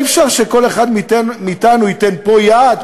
אי-אפשר שכל אחד מאתנו ייתן פה יד,